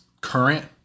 current